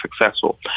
successful